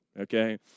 okay